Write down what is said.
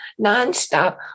nonstop